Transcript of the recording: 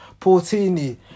Portini